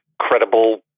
credible